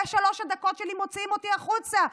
בשלוש הדקות שלי מוציאים אותי החוצה,